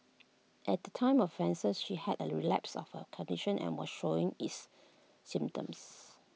at the time of offense she had A relapse of her condition and was showing its symptoms